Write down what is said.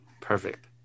Perfect